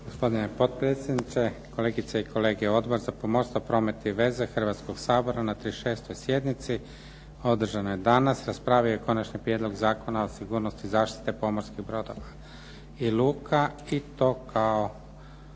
Gospodine potpredsjedniče, kolegice i kolege. Odbor za pomorstvo, promet i veze Hrvatskog sabora na 36. sjednici održanoj danas raspravio je Konačni prijedlog Zakona o sigurnosti zaštite pomorskih brodova i luka i to kao